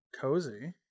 cozy